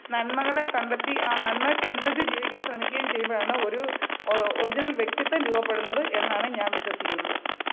നന്മകളെ കണ്ടെത്തി ആ നന്മയ്ക്കനുസരിച്ച് ജീവിക്കാൻ ശ്രമിക്കുവേം ചെയ്യുമ്പോഴാണ് ഒരു ഒറിജിനൽ വ്യക്തിത്വം രൂപപ്പെടുന്നത് എന്നാണ് ഞാൻ വിശ്വസിക്കുന്നത്